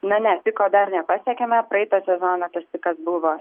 na ne piko dar nepasiekėme praeitą sezoną tarsi kas buvo